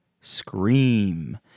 Scream